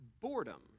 boredom